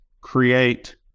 create